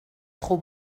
trop